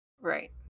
Right